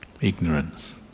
ignorance